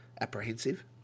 apprehensive